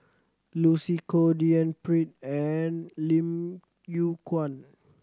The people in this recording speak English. Lucy Koh D N Pritt and Lim Yew Kuan